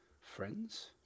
friends